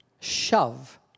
shove